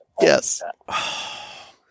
Yes